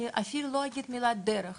אני אפילו לא אגיד את המילה דרך,